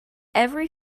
every